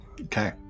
Okay